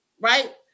right